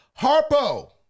Harpo